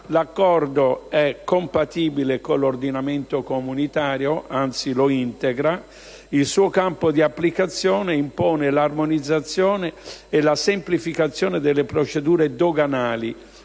L'Accordo è compatibile con l'ordinamento comunitario (anzi lo integra) ed il Asuo campo di applicazione impone l'armonizzazione e la semplificazione delle procedure doganali,